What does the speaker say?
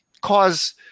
cause